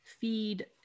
feed